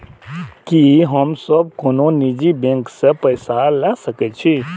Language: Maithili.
की हम सब कोनो निजी बैंक से पैसा ले सके छी?